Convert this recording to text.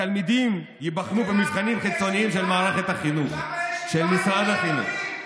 נתן 53 מיליארד, עשה מהפכה.